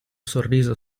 sorriso